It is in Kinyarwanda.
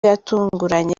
yatunguranye